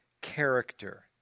character